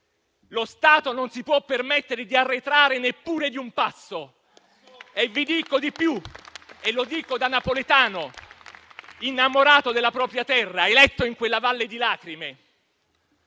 lo Stato non si può permettere di arretrare neppure di un passo. E vi dico di più e lo dico da napoletano innamorato della propria terra, eletto in quella valle di lacrime: